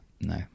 No